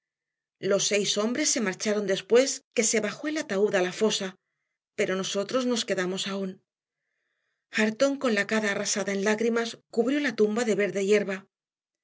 los seis hombres se marcharon después que se bajó el ataúd a la fosa pero nosotros nos quedamos aún hareton con la cara arrasada en lágrimas cubrió la tumba de verde hierba